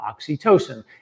oxytocin